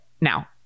Now